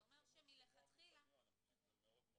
זה אומר שמלכתחילה ------ נפשית זה מאוד רחב.